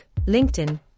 LinkedIn